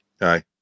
Aye